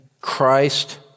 Christ